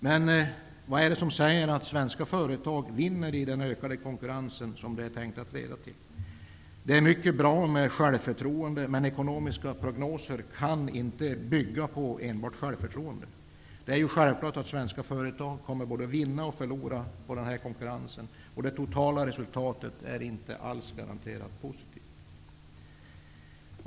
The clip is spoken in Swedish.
Men vad är det som säger att svenska företag vinner i den ökade konkurrens som det är tänkt att detta skall leda till? Det här med självförtroende är mycket bra. Men ekonomiska prognoser kan inte bygga enbart på ett sådant här självförtroende. Det är självklart att svenska företag kommer att både vinna och förlora på den här konkurrensen. Vidare är det totala reslutatet inte alls garanterat positivt.